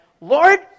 Lord